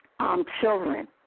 children